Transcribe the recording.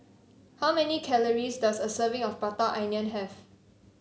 how many calories does a serving of Prata Onion have